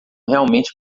realmente